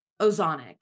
ozonic